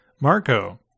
marco